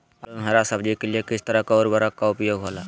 आलू एवं हरा सब्जी के लिए किस तरह का उर्वरक का उपयोग होला?